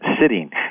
sitting